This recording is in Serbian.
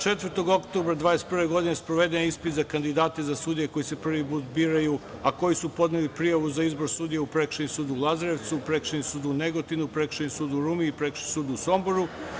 Četvrtog oktobra 2021. godine sproveden je ispit za kandidate za sudije koji se prvi put biraju, a koji su podneli prijavu za izbor sudija u Prekršajni sud u Lazarevcu, Prekršajni sud u Negotinu, Prekršajni sud u Rumi i Prekršajni sud u Somboru.